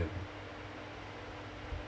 and